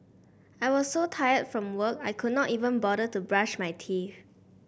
I was so tired from work I could not even bother to brush my teeth